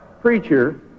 preacher